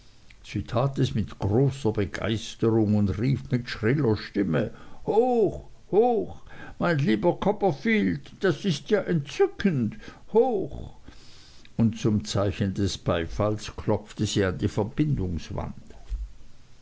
mit großer begeisterung und rief mit schriller stimme hoch hoch mein lieber mr copperfield das ist ja entzückend hoch und zum zeichen ihres beifalls klopfte sie an die verbindungswand